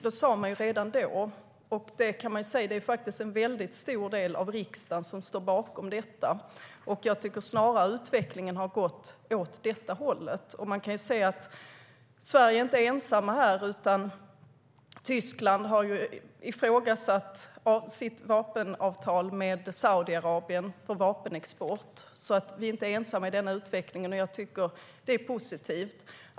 Det sas redan då, och en stor del av riksdagen stod bakom. Jag tycker att utvecklingen har gått åt det hållet. Sverige är inte ensamt. Tyskland har ifrågasatt sitt vapenavtal för vapenexport med Saudiarabien. Sverige är inte ensamt i denna utveckling. Det är positivt.